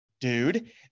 Dude